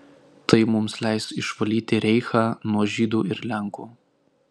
tai mums leis išvalyti reichą nuo žydų ir lenkų